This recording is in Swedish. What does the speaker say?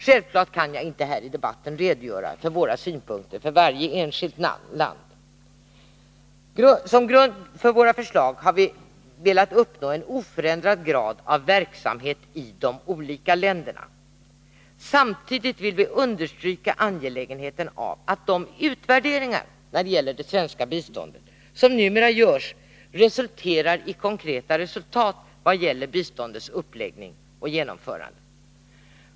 Självfallet kan jag inte här i debatten redogöra för våra synpunkter för varje enskilt land. Genomgående för våra förslag har varit att vi vill uppnå oförändrad grad av verksamhet i de olika länderna. Samtidigt vill vi understryka angelägenheten av att de utvärderingar av det svenska biståndet som numera görs leder till konkreta resultat vad gäller biståndets uppläggning och genomförande.